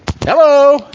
Hello